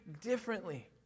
differently